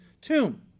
tomb